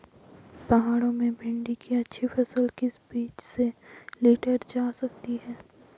पहाड़ों में भिन्डी की अच्छी फसल किस बीज से लीटर जा सकती है?